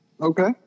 Okay